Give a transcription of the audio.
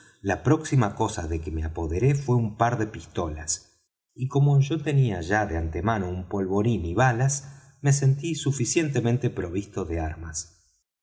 la próxima cosa de que me apoderé fué un par de pistolas y como yo tenía ya de antemano un polvorín y balas me sentí suficientemente provisto de armas